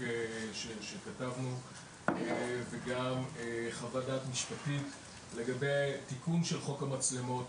שכתבנו וגם חוות-דעת משפטית לגבי תיקון של חוק המצלמות.